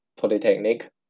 Polytechnic